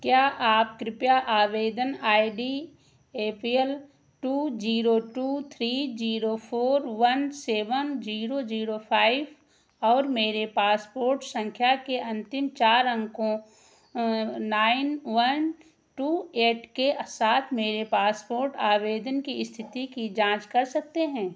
क्या आप कृपया आवेदन I D A P L two zero two three zero four one seven zero zero five और मेरे पासपोर्ट सँख्या के अन्तिम चार अंकों नाइन वन टू एट के साथ मेरे पासपोर्ट आवेदन की इस्थिति की जाँच कर सकते हैं